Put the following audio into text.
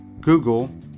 Google